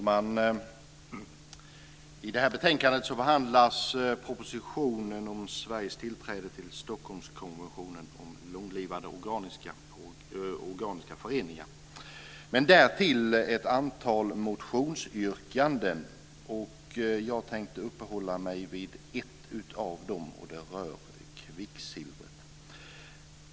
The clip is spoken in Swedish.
Herr talman! I detta betänkande behandlas propositionen Sveriges tillträde till Stockholmskonventionen om långlivade organiska föroreningar och därtill ett antal motionsyrkanden. Jag tänker uppehålla mig vid ett av dem, och det rör kvicksilvret.